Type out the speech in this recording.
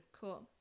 Cool